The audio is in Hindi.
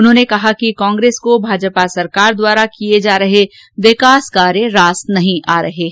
उन्होंने कहा कि कांग्रेस को भाजपा सरकार द्वारा किए जा रहे विकास कार्य रास नहीं आ रहे हैं